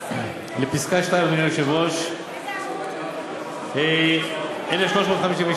לפסקה (2), אדוני היושב-ראש איזה עמוד?